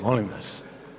Molim vas.